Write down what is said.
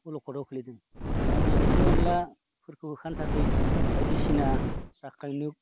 अलखदाव गोलैदों दा बे एम्फौ एन्लाफोरखौ होखारनो थाखाय बायदिसिना रासायनिक